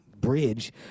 bridge